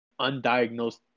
undiagnosed